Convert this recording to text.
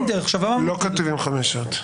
לא כותבים 5 שעות.